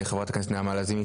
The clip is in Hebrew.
חברת הכנסת נעמה לזימי,